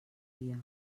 dia